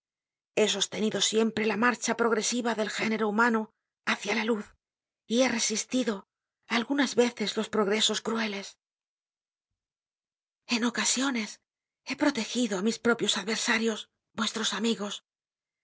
he sostenido siempre la marcha progresiva del género humano hácia la luz y he resistido algunas veces los progresos crueles en ocasiones he protegido á mis propios adversarios vuestros amigos